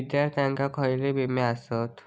विद्यार्थ्यांका खयले विमे आसत?